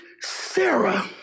Sarah